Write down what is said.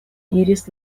iris